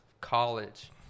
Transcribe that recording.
college